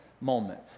moment